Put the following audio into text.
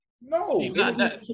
No